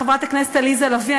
חברת הכנסת עליזה לביא.